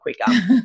quicker